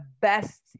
best